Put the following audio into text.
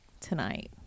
tonight